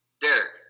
Derek